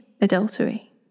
adultery